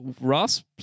Ross